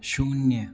शून्य